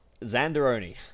Xanderoni